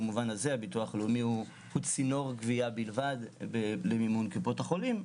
במובן הזה ביטוח לאומי הוא צינור גבייה בלבד למימון קופות החולים,